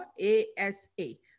A-S-A